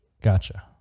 Gotcha